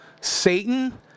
Satan